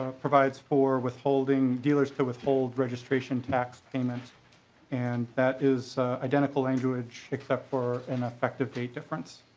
ah provides for withholding dealers to withhold registration tax payment and that is a identical language except for an effective date difference.